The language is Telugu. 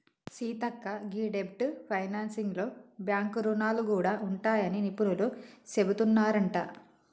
సీతక్క గీ డెబ్ట్ ఫైనాన్సింగ్ లో బాంక్ రుణాలు గూడా ఉంటాయని నిపుణులు సెబుతున్నారంట